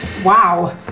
Wow